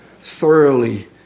thoroughly